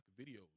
videos